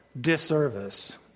disservice